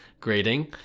grading